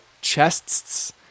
chests